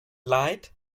leid